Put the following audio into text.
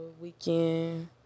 Weekend